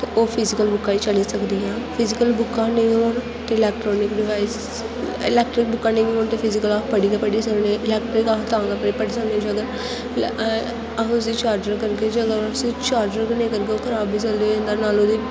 ते ओह् फिजीकल बुक्कां गै चली सकदी ऐ फिजीकल बुक्कां नेईं होन ते इलैक्ट्रनिक डिवाइस इलैक्ट्रिक बुक्कां नेईं होन ते फिजीकल ते अस पढ़ी गै सकने इलैक्ट्रिक अस तां गै पढ़ी सकने जेकर अस उस्सी चार्जर करगै जेकर उस्सी चार्जर गै नेईं करगे ओह् खराब बी जल्दी होई सकदे ते नाल ओह्दी